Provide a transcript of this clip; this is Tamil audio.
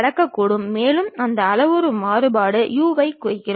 ஏனென்றால் அதன் அளவு மற்றும் வடிவ சிதைவுகள் நடக்கும்